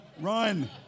Run